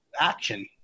action